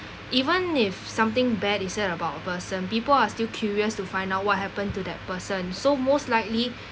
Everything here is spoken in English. even if something bad is said about a person people are still curious to find out what happened to that person so most likely